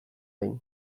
behin